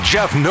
Jeff